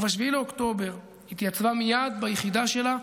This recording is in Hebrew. וב-7 באוקטובר התייצבה מייד ביחידה שלה,